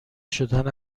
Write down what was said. شدن